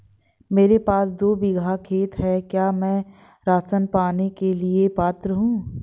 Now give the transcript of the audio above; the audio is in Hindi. मेरे पास दो बीघा खेत है क्या मैं राशन पाने के लिए पात्र हूँ?